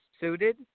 suited